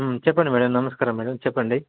చెప్పండి మేడం నమస్కారం మేడం చెప్పండి